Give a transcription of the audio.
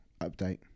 update